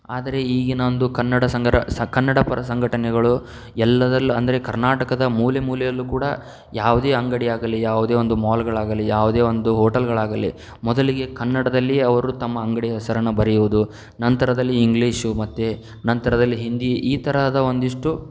ಆದರೆ ಈಗಿನ ಒಂದು ಕನ್ನಡ ಸಂಘರ ಸ ಕನ್ನಡ ಪರ ಸಂಘಟನೆಗಳು ಎಲ್ಲದರಲ್ಲಿ ಅಂದರೆ ಕರ್ನಾಟಕದ ಮೂಲೆ ಮೂಲೆಯಲ್ಲೂ ಕೂಡ ಯಾವುದೇ ಅಂಗಡಿಯಾಗಲಿ ಯಾವುದೇ ಒಂದು ಮಾಲ್ಗಳಾಗಲಿ ಯಾವುದೇ ಒಂದು ಓಟೆಲ್ಗಳಾಗಲಿ ಮೊದಲಿಗೆ ಕನ್ನಡದಲ್ಲಿ ಅವರು ತಮ್ಮ ಅಂಗಡಿಯ ಹೆಸರನ್ನು ಬರಿಯುವುದು ನಂತರದಲ್ಲಿ ಇಂಗ್ಲೀಷು ಮತ್ತು ನಂತರದಲ್ಲಿ ಹಿಂದಿ ಈ ತರಹದ ಒಂದಿಷ್ಟು